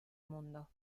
mundo